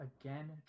again